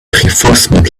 reinforcement